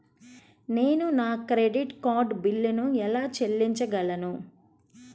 నేను నా credit card బిల్లును ఎలా చెల్లించగలను?